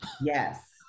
Yes